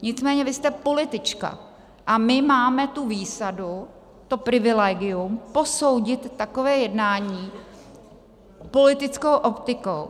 Nicméně vy jste politička a my máme tu výsadu, to privilegium, posoudit takové jednání politickou optikou.